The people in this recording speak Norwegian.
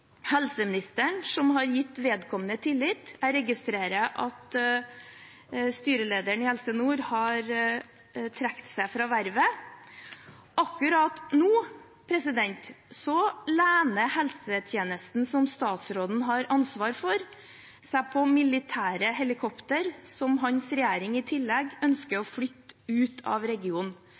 helseministeren som har gitt vedkommende tillit. Jeg registrerer at styrelederen i Helse Nord har trukket seg fra vervet. Helsetjenesten som statsråden har ansvar for, lener seg akkurat nå på militære helikopter, som hans regjering i tillegg ønsker å flytte ut av regionen.